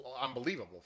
unbelievable